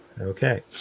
Okay